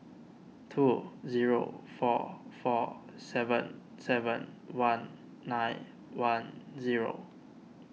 two zero four four seven seven one nine one zero